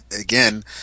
again